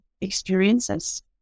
experiences